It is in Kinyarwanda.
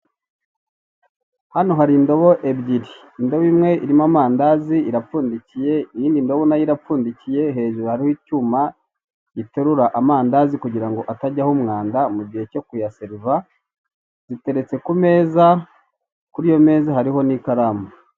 Hano hari indobo ebyiri, indoba imwe irimo amandazi, irapfundikiye, iyindi ndabo nayao rapfundikiye hejuru hariho icyuma giterura amandazi kugirango atajya ho umwanda mugihe cyo kuyaseliva ziteretse ku meza kuri iyo meza hariho n'ikaramu.